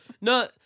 No